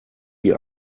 wie